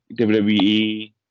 WWE